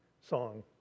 song